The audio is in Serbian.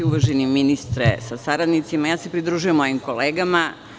Uvaženi ministre sa saradnicima, ja se pridružujem mojim kolegama.